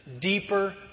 deeper